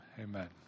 amen